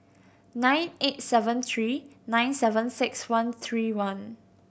nine eight seven three nine seven six one three one